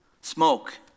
Smoke